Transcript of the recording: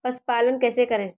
पशुपालन कैसे करें?